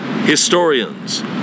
historians